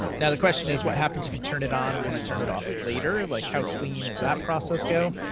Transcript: now the question is, what happens if you turn it on and want to turn it off later? like how clean is that process go?